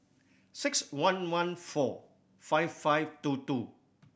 six one one four five five two two